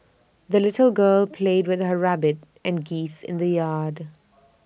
the little girl played with her rabbit and geese in the yard